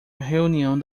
reunião